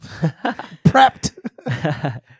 Prepped